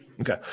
Okay